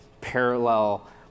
parallel